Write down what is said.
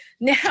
Now